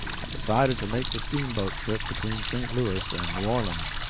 and decided to make the steamboat trip between st. louis and new orleans,